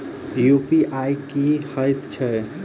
UPI की हएत छई?